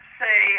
say